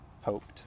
hoped